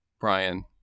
Brian